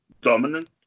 dominant